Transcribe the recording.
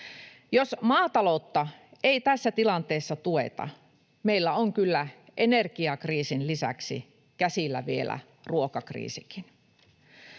Jos maataloutta ei tässä tilanteessa tueta, meillä on kyllä energiakriisin lisäksi käsillä vielä ruokakriisikin.